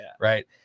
right